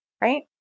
right